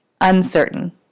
uncertain